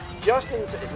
Justin's